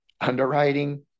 underwriting